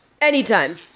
Anytime